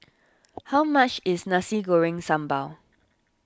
how much is Nasi Goreng Sambal